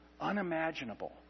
unimaginable